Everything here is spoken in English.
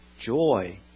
joy